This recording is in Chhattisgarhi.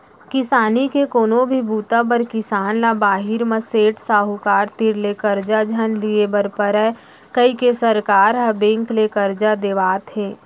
किसानी के कोनो भी बूता बर किसान ल बाहिर म सेठ, साहूकार तीर ले करजा झन लिये बर परय कइके सरकार ह बेंक ले करजा देवात हे